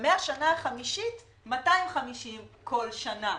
ומהשנה החמישית 250 בכל שנה.